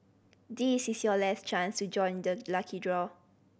this is your last chance to join the lucky draw